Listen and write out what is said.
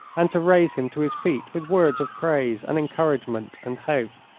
and to raise him to his feet with words of praise, and encouragement, and hope.